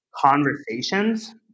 conversations